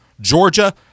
Georgia